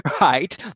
right